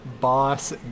Boss